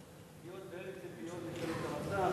דרומית-מערבית לשכם.